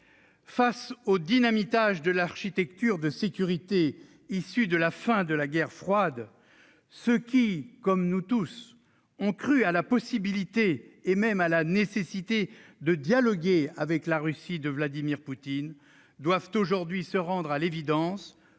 Face au dynamitage de l'architecture de sécurité conçue à la fin de la guerre froide, ceux qui, comme nous tous, ont cru à la possibilité et même à la nécessité de dialoguer avec la Russie de Vladimir Poutine doivent aujourd'hui se rendre à l'évidence